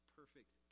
perfect